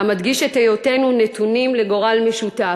המדגיש את היותנו נתונים לגורל משותף.